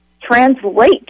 translate